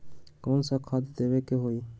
कोन सा खाद देवे के हई?